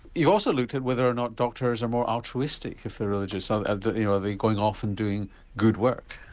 you've also looked at whether or not doctors are more altruistic if they are religious, um you know are they going off and doing good work?